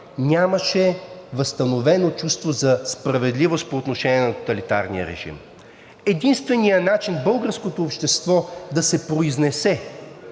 нямаше възстановено чувство за справедливост по отношение на тоталитарния режим. Единственият начин българското общество да се произнесе